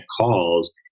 calls